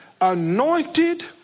anointed